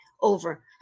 over